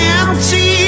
empty